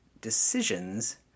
decisions